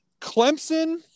Clemson